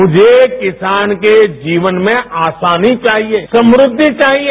मुझे किसान के जीवन में आसानी चाहिये समृद्धि चाहिये